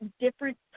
different